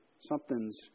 something's